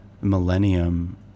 millennium